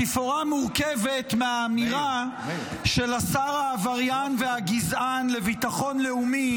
התפאורה מורכבת מהאמירה של השר עבריין והגזען לביטחון לאומי,